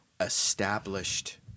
established